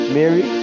Mary